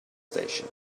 station